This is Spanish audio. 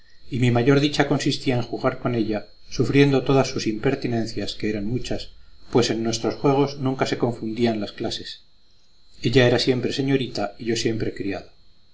y mi mayor dicha consistía en jugar con ella sufriendo todas sus impertinencias que eran muchas pues en nuestros juegos nunca se confundían las clases ella era siempre señorita y yo siempre criado